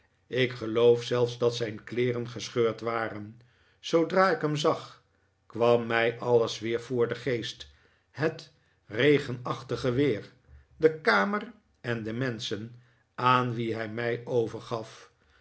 ik geloof zelfs dat zijp kleeren gescheurd waren zoodra ik hen zag kwam mij alles weer voor den geest het regenachtige weer de kamer en de menschen aan wie hij mij overgaf